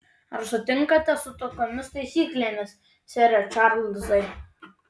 ar sutinkate su tokiomis taisyklėmis sere čarlzai